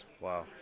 Wow